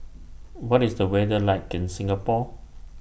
What IS The weather like in Singapore